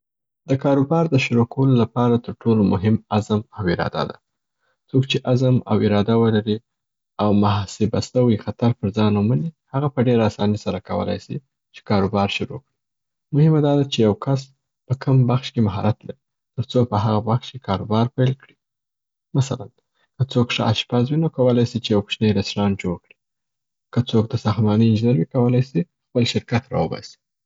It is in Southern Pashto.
د کاروبارو د شروع کولو لپاره تر ټولو مهم عزم او اراده ده. څوک چې عزم او اراده ولري او محاسبه سوی خطر پر ځان ومني، هغه په ډېره اساني سره کولای سي چې کاروبار شروع کړي. مهمه داده چې یو کس په کم بخش کي مهارت لري تر څو په هغه بخش کي کاروبار پیل کړي. مثلاً، که څوک ښه اشپز وي، نو کولای سي چې یو کوچنی رسټورانټ جوړ کړي، که څوک د ساختمانۍ انجینر وي، کولای سي خپل شرکت را وباسي.